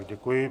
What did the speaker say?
Děkuji.